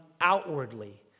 outwardly